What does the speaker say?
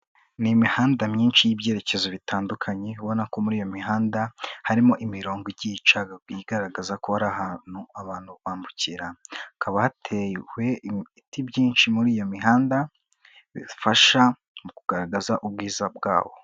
Ni imihanda myinshi y'ibyerekezo bitandukanye, ubona ko muri iyo mihanda harimo imirongo ikicaga igaragaza ko hari ahantu abantu bambukira, hakaba hatewe ibiti byinshi muri iyo mihanda bifasha mu kugaragaza ubwiza bwaho.